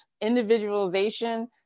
Individualization